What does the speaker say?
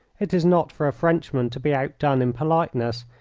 it is not for a frenchman to be outdone in politeness,